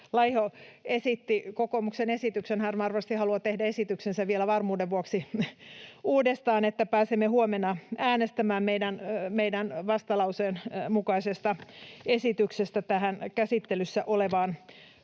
Laiho esitti kokoomuksen esityksen — hän varmasti haluaa tehdä esityksensä vielä varmuuden vuoksi uudestaan, että pääsemme huomenna äänestämään meidän vastalauseemme mukaisesta esityksestä tähän käsittelyssä olevaan